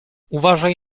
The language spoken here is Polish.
uważaj